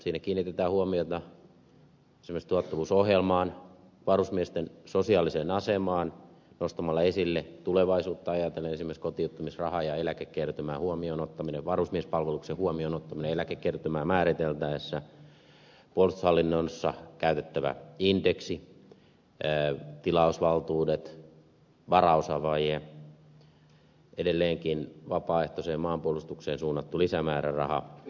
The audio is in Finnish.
siinä kiinnitetään huomiota esimerkiksi tuottavuusohjelmaan varusmiesten sosiaaliseen asemaan nostamalla esille tulevaisuutta ajatellen esimerkiksi kotiuttamisraha ja eläkekertymän huomioon ottaminen varusmiespalveluksen huomioon ottaminen eläkekertymää määriteltäessä puolustushallinnossa käytettävä indeksi tilausvaltuudet varaosavaje edelleenkin vapaaehtoiseen maanpuolustukseen suunnattu lisämääräraha